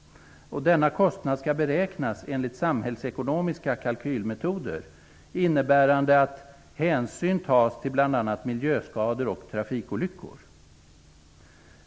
Denna kostnad skall beräknas enligt samhällsekonomiska kalkylmetoder, innebärande att hänsyn tas till bl.a. miljöskador och trafikolyckor.